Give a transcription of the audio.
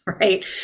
right